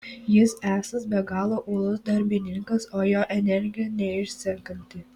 jis esąs be galo uolus darbininkas o jo energija neišsenkanti